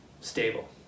stable